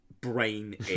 brain